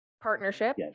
partnership